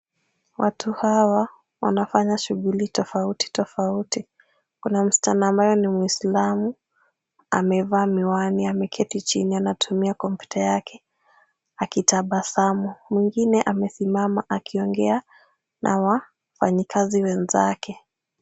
Watu hawa wanafanya shughuli tofauti tofauti. Kuna msichana ambaye ni muislamu. Amevaa miwani. Ameketi chini. Anatumia kompyuta yake akitabasamu. Mwingine amesimama akiongea na wafanyikazi wenzake.